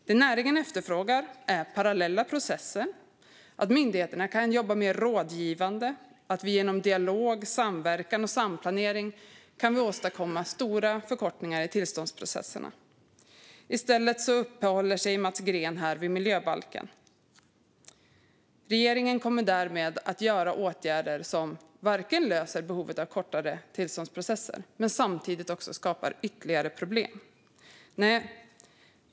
Det näringen efterfrågar är parallella processer, att myndigheterna kan jobba mer rådgivande och att vi genom dialog och samverkan och samplanering kan åstadkomma stora förkortningar i tillståndsprocesserna. I stället uppehåller sig Mats Green vid miljöbalken. Regeringen kommer därmed att göra åtgärder som inte löser behovet av kortare tillståndsprocesser och som i stället skapar ytterligare problem.